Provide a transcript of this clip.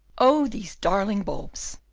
oh! these darling bulbs!